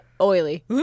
oily